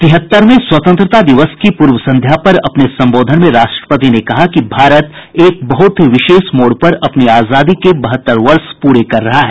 तिहतरवें स्वतंत्रता दिवस की पूर्व संध्या पर अपने संबोधन में राष्ट्रपति ने कहा कि भारत एक बहुत ही विशेष मोड़ पर अपनी आजादी के बहत्तर वर्ष प्ररे कर रहा है